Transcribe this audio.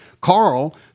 Carl